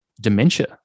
dementia